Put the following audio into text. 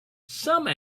some